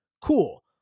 Cool